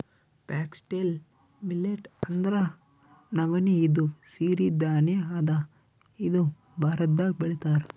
foxtail millet ಅಂದ್ರ ನವಣಿ ಇದು ಸಿರಿ ಧಾನ್ಯ ಅದಾ ಇದು ಭಾರತ್ದಾಗ್ ಬೆಳಿತಾರ್